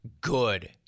good